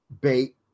bait